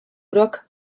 groc